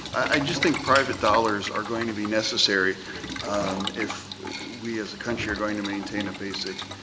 i just think private dollars are going to be necessary if we as a country are going to maintain a basic,